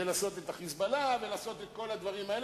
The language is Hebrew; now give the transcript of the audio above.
כדי להיות ראש ממשלה צריך לקבל הסכמה של המועמד,